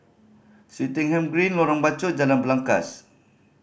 Swettenham Green Lorong Bachok Jalan Belangkas